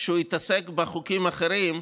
כשהוא התעסק בחוקים אחרים,